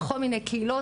בכל מיני קהילות,